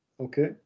okay